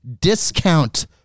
discount